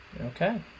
Okay